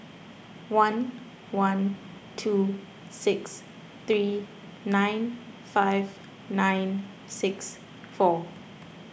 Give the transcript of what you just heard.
one one two six three nine five nine six four